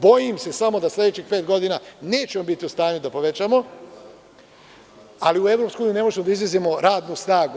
Bojim se samo da sledećih pet godina nećemo biti u stanju da povećamo, ali u EU ne možemo da izvozimo radnu snagu.